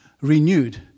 renewed